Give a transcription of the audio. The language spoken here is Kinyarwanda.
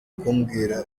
kumbwira